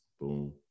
Boom